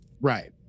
Right